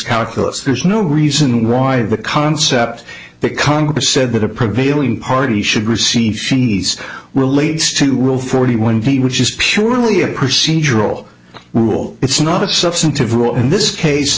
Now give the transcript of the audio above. calculus there's no reason why the concept that congress said that a prevailing party should receive relates to will forty one feet which is purely a procedural rule it's not a substantive rule in this case